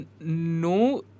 no